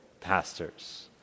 pastors